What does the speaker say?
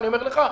אני אומר לך,